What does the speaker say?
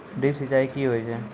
Drip सिंचाई कि होय छै?